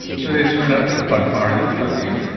gillian turner i think we've gone far enough don't you?